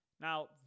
Now